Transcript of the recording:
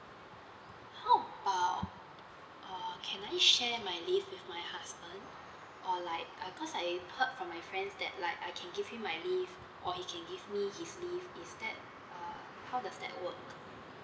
how about uh can I share my leave with my husband or like uh cause I heard from my friends that like I can give him my leave or he can give me his leave is that err how does that work